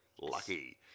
lucky